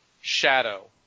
Shadow